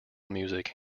music